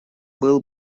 был